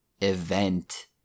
event